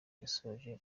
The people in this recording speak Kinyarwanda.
yasoreje